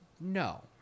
No